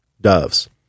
doves